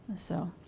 so,